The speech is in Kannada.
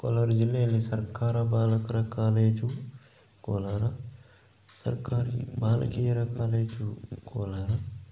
ಕೋಲಾರ ಜಿಲ್ಲೆಯಲ್ಲಿ ಸರ್ಕಾರ ಬಾಲಕರ ಕಾಲೇಜು ಕೋಲಾರ ಸರ್ಕಾರಿ ಬಾಲಕಿಯರ ಕಾಲೇಜು ಕೋಲಾರ